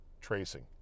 tracing